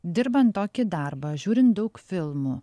dirbant tokį darbą žiūrint daug filmų